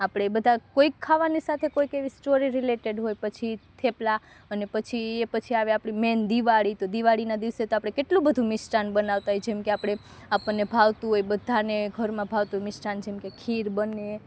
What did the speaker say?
આપણે બધા કોઈક ખાવાની સાથે કોઈક એવી સ્ટોરી રિલેટેડ હોય પછી થેપલા અને પછી એ પછી આવે આપણી મેઈન દિવાળી તો દિવાળીના દિવસે તો આપણે કેટલુંક બધું મિષ્ટાન બનાવતા હોય જેમકે આપણે આપણને ભાવતું હોય બધાને ઘરમાં ભાવતું મિષ્ટાન જેમકે ખીર બને